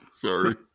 Sorry